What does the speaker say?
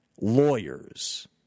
lawyers